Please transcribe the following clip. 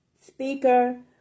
speaker